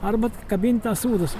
arba kabint tas ūdas